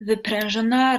wyprężona